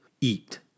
eat